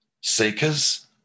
seekers